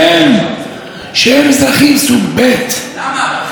אז זה נמאס, נמאס לנו מהבלופים ומהשטיקים.